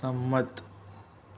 સંમત